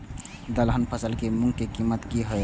दलहन फसल के मूँग के कीमत की हय?